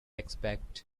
expect